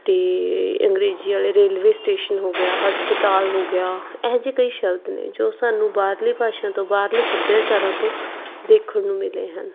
ਅਤੇ ਅੰਗਰੇਜ਼ੀ ਵਾਲੇ ਰੇਲਵੇ ਸਟੇਸ਼ਨ ਹੋ ਗਿਆ ਹਸਪਤਾਲ ਹੋ ਗਿਆ ਇਹੋ ਜਿਹੇ ਕਈ ਸ਼ਬਦ ਨੇ ਜੋ ਸਾਨੂੰ ਬਾਹਰਲੀ ਭਾਸ਼ਾ ਤੋਂ ਬਾਹਰਲੇ ਸੱਭਿਆਚਾਰਾਂ ਤੋਂ ਦੇਖਣ ਨੂੰ ਮਿਲੇ ਹਨ